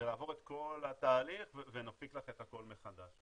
ולעבור את כל התהליך ונפיק לך את הכל מחדש.